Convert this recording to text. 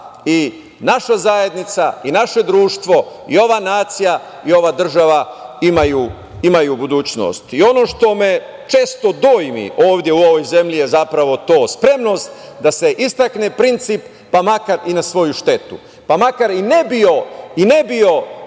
i naša zajednica i naše društvo i ova nacija i ova država imaju budućnost. Ono što me često dojmi ovde u ovoj zemlji je zapravo spremnost da se istakne princip, pa makar i na svoju štetu, pa makar i ne bilo to